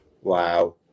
wow